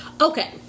Okay